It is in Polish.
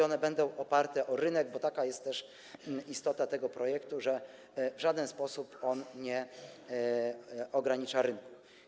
One będą oparte o rynek, bo taka jest też istota tego projektu, że w żaden sposób on nie ogranicza rynku.